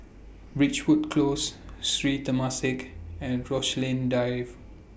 Ridgewood Close Sri Temasek and Rochalie Drive